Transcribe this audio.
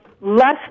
less